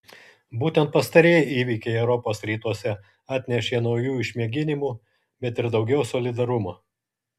būtent pastarieji įvykiai europos rytuose atnešė naujų išmėginimų bet ir daugiau solidarumo